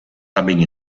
rubbing